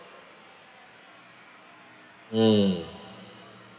mm